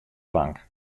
bank